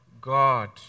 God